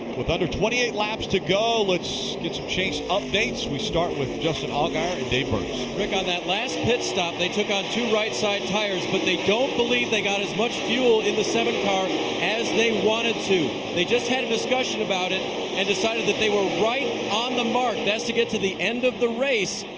with under twenty eight laps to go, let's get chase updates. we start with justin al quire and dave burns. rick, on that last pit stop they took on two right side tires. but they don't believe they got as much fuel in the seven car as they wanted to. they just had discussion about it and decided that they were right on the mark, that's to get to the end of the race.